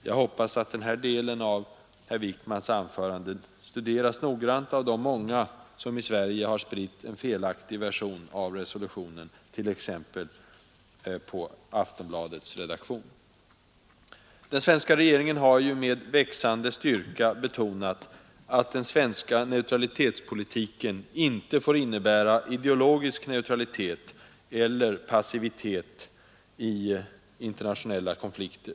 Jag hoppas att denna del av herr Wickmans anförande studeras noggrant av de många som i Sverige spritt en felaktig version av resolutionen, t.ex. på Aftonbladets redaktion. Den svenska regeringen har med växande styrka betonat, att den svenska neutralitetspolitiken inte får innebära ideologisk neutralitet eller passivitet i internationella konflikter.